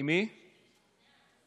אתם